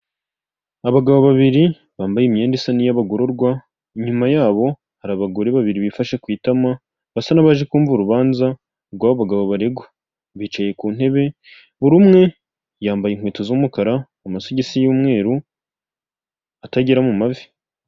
Abagabo babiri bambaye imyenda isa n'iy'abagororwa inyuma yabo hari abagore babiri bifashe ku itama, basa n'abaje kumva urubanza, abagabo baregwa bicaye ku ntebe buri umwe yambaye inkweto z'umukara mu masogisi y'umweru atagera mu mavi.